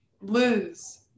lose